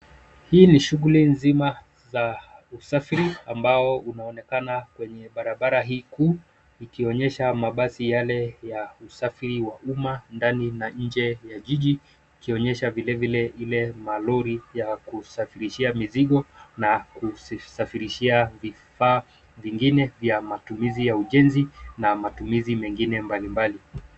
Hii ni shughuli nzima za usafiri ambao unaonekana kwenye barabara hii kuu, ikionyesha mabasi yale ya usafiri wa umma ndani na nje ya jiji , ikionyesha vilevile ile malori ya kusafirishia mzigo na kusafirishia vifaa vingine vya matumizi ya ujenzi na matumizi mengine mbalimbali.